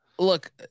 look